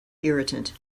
irritant